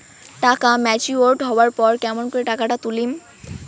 টাকা ম্যাচিওরড হবার পর কেমন করি টাকাটা তুলিম?